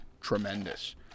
tremendous